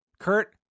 Kurt